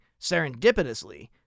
serendipitously